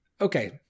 Okay